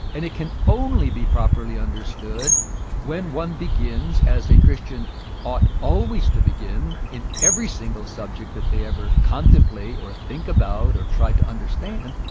and it can only be properly understood when one begins, as a christian ought always to begin, in every single subject that they contemplate or think about or try to understand,